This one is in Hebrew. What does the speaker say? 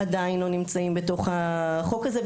עדיין לא נמצאים בתוך החוק הזה.